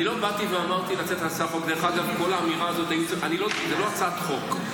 אני לא אמרתי --- זה לא הצעת חוק,